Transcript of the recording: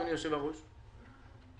אדוני יושב-הראש,